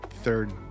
third